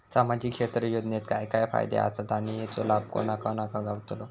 सामजिक क्षेत्र योजनेत काय काय फायदे आसत आणि हेचो लाभ कोणा कोणाक गावतलो?